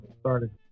started